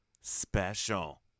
special